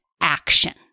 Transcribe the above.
action